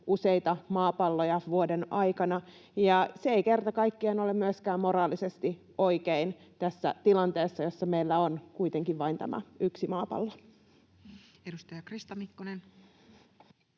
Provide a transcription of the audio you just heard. useita maapalloja vuoden aikana. Se ei kerta kaikkiaan ole myöskään moraalisesti oikein tässä tilanteessa, jossa meillä on kuitenkin vain tämä yksi maapallo. [Speech 292] Speaker: